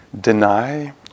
deny